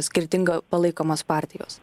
skirtingai palaikomos partijos